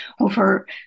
over